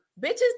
bitches